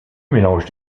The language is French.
mélange